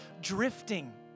drifting